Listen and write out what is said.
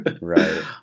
right